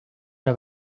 una